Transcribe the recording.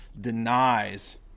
denies